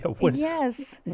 yes